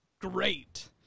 great